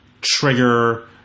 trigger